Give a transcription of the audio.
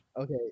Okay